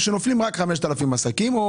או שנופלים רק 5,000 עסקים,